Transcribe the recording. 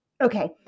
Okay